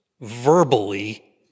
verbally